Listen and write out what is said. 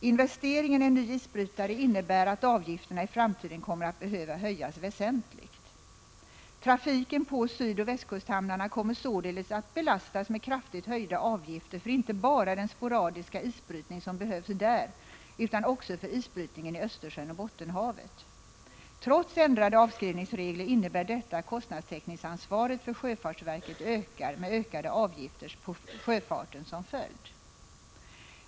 Investeringen i en ny isbrytare innebär att avgifterna i framtiden kommer att behöva höjas väsentligt. Trafiken på sydkustoch västkusthamnarna kommer således att belastas med kraftigt höjda avgifter för inte bara den sporadiska isbrytning som behövs där utan också för isbrytningen i Östersjön och Bottenhavet. Trots ändrade avskrivningsregler innebär detta att kostnadstäckningsansvaret för sjöfartsverket ökar, med ökade avgifter på sjöfarten som följd.